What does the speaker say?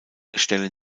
stellen